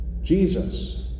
Jesus